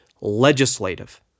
legislative